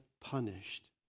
punished